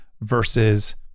versus